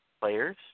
players